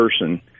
person